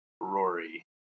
Rory